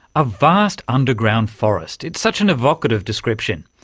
a vast underground forest, it's such an evocative description,